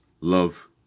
love